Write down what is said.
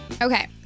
Okay